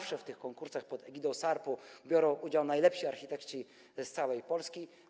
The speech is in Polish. W tych konkursach pod egidą SARP zawsze biorą udział najlepsi architekci z całej Polski.